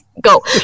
go